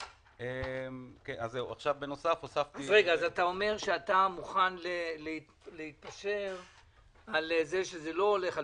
אתה אומר שאתה מוכן להתפשר שזה לא הולך על